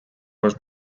was